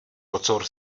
kocour